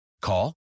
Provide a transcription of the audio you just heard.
Call